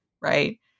right